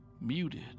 muted